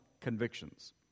convictions